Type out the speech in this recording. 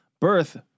birth